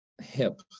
hip